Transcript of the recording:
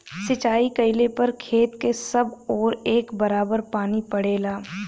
सिंचाई कइले पर खेत क सब ओर एक बराबर पानी पड़ेला